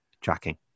tracking